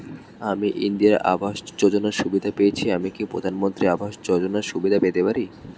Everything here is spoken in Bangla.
আমি ইন্দিরা আবাস যোজনার সুবিধা নেয়েছি আমি কি প্রধানমন্ত্রী আবাস যোজনা সুবিধা পেতে পারি?